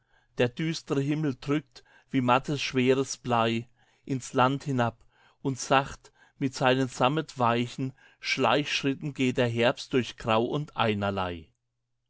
der düstre himmel drückt wie mattes schweres blei ins land hinab und sacht mit seinen sammetweichen schleichschritten geht der herbst durch grau und einerlei